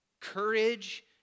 courage